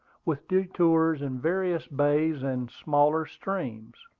with detours in various bays and smaller streams.